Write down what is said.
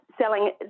selling